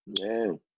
Man